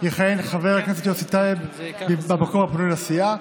יכהן חבר הכנסת יוסי טייב במקום הפנוי לסיעה,